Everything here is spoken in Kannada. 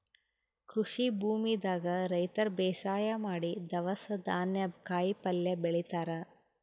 ಕೃಷಿ ಭೂಮಿದಾಗ್ ರೈತರ್ ಬೇಸಾಯ್ ಮಾಡಿ ದವ್ಸ್ ಧಾನ್ಯ ಕಾಯಿಪಲ್ಯ ಬೆಳಿತಾರ್